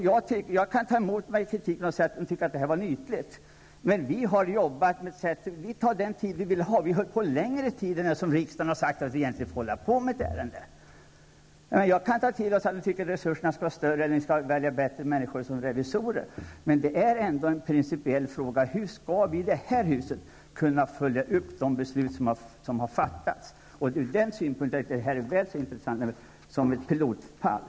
Jag kan ta åt mig av kritik mot att vi har arbetat på ett ytligt sätt, men jag vill säga att vi låter detta ta den tid det tar. Vi har egentligen arbetat med detta under längre tid än vad riksdagen har medgivit att vi skall få ägna åt uppgiften. Jag kan också ta till mig kritik som går ut på att resurserna skulle vara större eller att vi skulle välja bättre personer till revisorer, men det är en principiell fråga huruvida vi i det här huset har kunnat följa upp de beslut som har fattats. Ur den synpunkten är det som här har skett intressant som ett pilotfall.